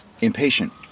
impatient